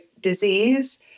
disease